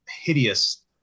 hideous